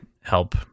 help